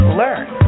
learn